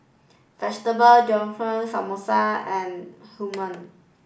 Vegetable Jalfrezi Samosa and Human